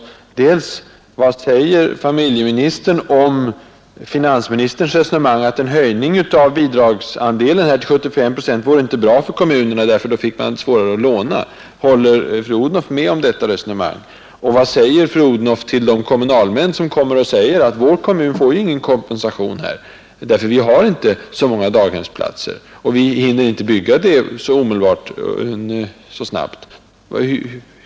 Först frågade jag: Vad säger familjeministern till finansministerns resonemang om att en höjning av bidragsandelen till 75 procent inte vore bra för kommunerna, ty då fick de svårare att låna? Håller fru Odhnoff med om detta resonemang? Och vad säger fru Odhnoff till de kommunalmän som kommer och säger att vår kommun inte får någon kompensation eftersom vi inte har så många dagbarnsplatser. Vi hinner inte bygga daghem så snabbt.